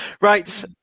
Right